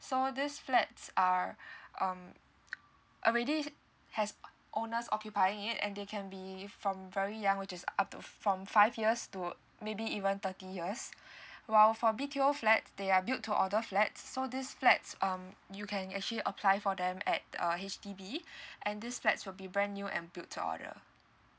so these flats are um already has owners occupying it and they can be from very young which is up to from five years to maybe even thirty years while for B_T_O flats they are build to order flat so this flats um you can actually apply for them at uh H_D_B and this flats will be brand new and build to order